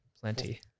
plenty